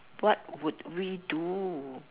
what would we do